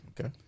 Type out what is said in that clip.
Okay